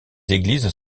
églises